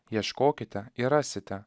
ieškokite ir rasite